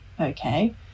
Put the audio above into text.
Okay